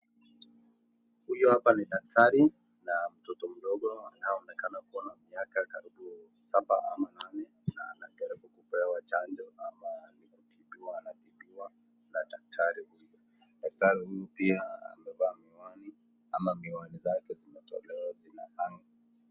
Huyu hapa ni daktari ma mtoto mdogo aneyeonekana kuwa anajaribu kupewa chanjo ama na daktari huyu ama vinywa vyake zinatolewa.